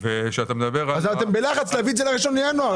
--- אז מה הלחץ להביא את זה ב-1 בינואר?